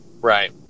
right